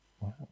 Wow